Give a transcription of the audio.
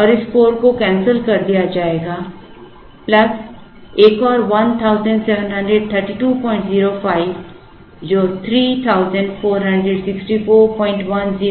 और इस 4 को cancel कर दिया जाएगा प्लस एक और 173205 जो 346410 है